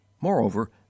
Moreover